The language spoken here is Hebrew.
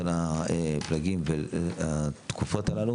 על התקופות הללו.